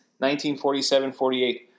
1947-48